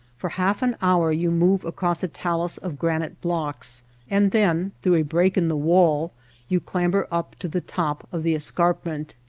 for half an hour you move across a talus of granite blocks and then through a break in the wall you clamber up to the top of the escarpment.